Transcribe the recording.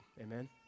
Amen